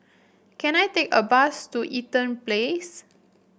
can I take a bus to Eaton Place